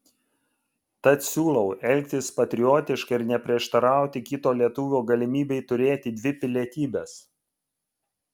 tad siūlau elgtis patriotiškai ir neprieštarauti kito lietuvio galimybei turėti dvi pilietybes